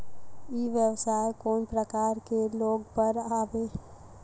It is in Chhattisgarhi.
ई व्यवसाय कोन प्रकार के लोग बर आवे?